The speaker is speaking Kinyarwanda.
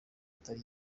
atari